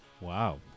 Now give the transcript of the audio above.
Wow